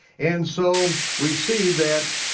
and so we see that